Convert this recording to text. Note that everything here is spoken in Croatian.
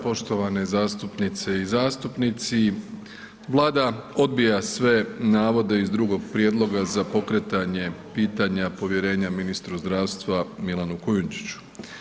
Poštovane zastupnice i zastupnici, Vlada odbija sve navode iz drugog prijedloga za pokretanje pitanja povjerenja ministru zdravstva Milanu Kujundžiću.